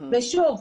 שוב,